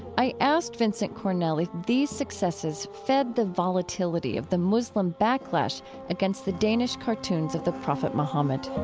i asked vincent cornell if these successes fed the volatility of the muslim backlash against the danish cartoons of the prophet muhammad